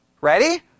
Ready